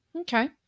Okay